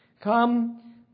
Come